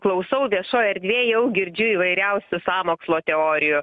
klausau viešoj erdvėj jau girdžiu įvairiausių sąmokslo teorijų